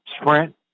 sprint